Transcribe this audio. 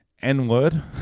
n-word